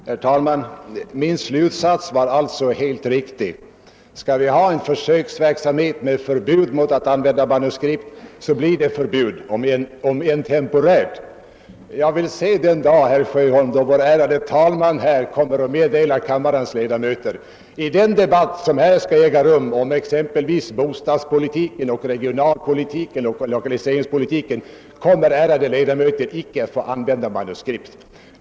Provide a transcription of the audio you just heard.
Herr talman! Min slutsats var alltså riktig. Skall vi ha en försöksverksamhet med förbud mot att använda manuskript, måste det införas ett förbud om än temporärt. Jag skulle vilja vara med den dag, herr Sjöholm, då vår ärade talman meddelar kammarens ledamöter att i den debatt som skall påbörjas om exempelvis bostadspolitiken, regionalpolitiken eller lokaliseringspolitiken kommer de ärade ledamöterna icke att få använda manuskript.